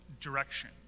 direction